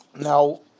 Now